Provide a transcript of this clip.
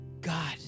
God